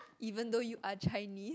even though you are Chinese